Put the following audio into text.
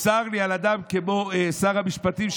צר לי על אדם כמו שר המשפטים,